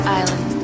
island